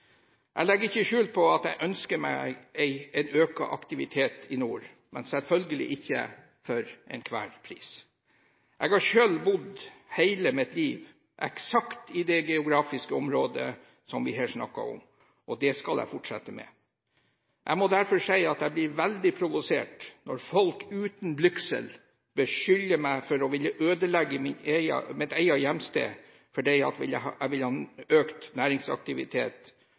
Jeg legger ikke skjul på at jeg ønsker meg økt aktivitet i nord, men selvfølgelig ikke for enhver pris. Jeg har selv bodd hele mitt liv eksakt i det geografiske området vi her snakker om, og det skal jeg fortsette med. Jeg må derfor si at jeg blir veldig provosert når folk uten blygsel beskylder meg for å ville ødelegge mitt eget hjemsted fordi jeg vil ha økt næringsaktivitet og derav en